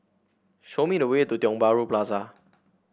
show me the way to Tiong Bahru Plaza